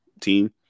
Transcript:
team